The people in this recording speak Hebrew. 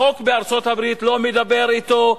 החוק בארצות-הברית לא מדבר אתו,